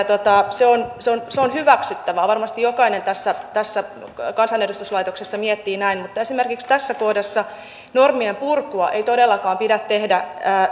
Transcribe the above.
se on se on hyväksyttävää varmasti jokainen tässä tässä kansanedustuslaitoksessa miettii näin mutta esimerkiksi tässä kohdassa normien purkua ei todellakaan pidä tehdä